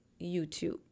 YouTube